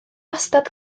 wastad